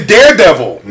Daredevil